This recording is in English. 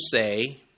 say